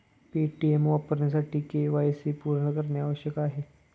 Paytm वापरण्यासाठी KYC पूर्ण करणे आवश्यक आहे